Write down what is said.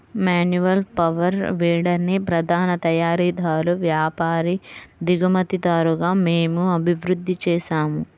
manual power వీడర్ని ప్రధాన తయారీదారు, వ్యాపారి, దిగుమతిదారుగా మేము అభివృద్ధి చేసాము